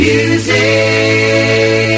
Music